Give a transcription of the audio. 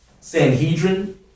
Sanhedrin